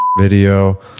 video